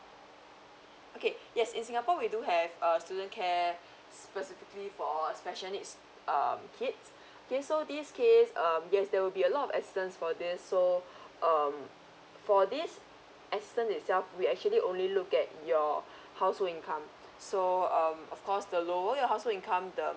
okay yes in singapore we do have uh student care specifically for special needs um kids okay so this case um yes there will be a lot of assistance for this so um for this assistance itself we actually only look at your household income so um of course the lower your household income the